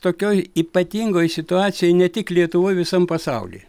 tokioj ypatingoj situacijoj ne tik lietuvoj visam pasauly